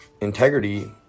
integrity